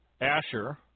Asher